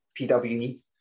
PWE